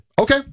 Okay